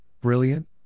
brilliant